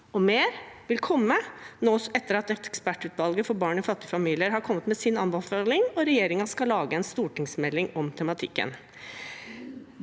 2023 vil komme etter at ekspertutvalget for barn i fattige familier har kommet med sin anbefaling, og regjeringen skal lage en stortingsmelding om tematikken.